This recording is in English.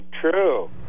true